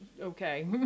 okay